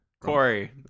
Corey